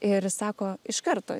ir jis sako iš karto